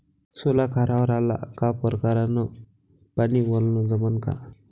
सोला खारावर आला का परकारं न पानी वलनं जमन का?